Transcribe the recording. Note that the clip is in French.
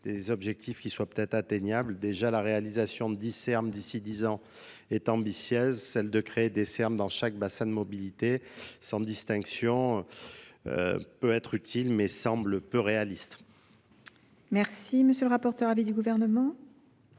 des objectifs qui soient peut être atteignables déjà la réalisation d'i cerfs d'ici 10 ans est ambitieuse celle de créer des serma bassin de mobilité sans distinction. Heuh peut être utile mais semble peu réaliste. merci M. le rapporteur. avis du gouvernement.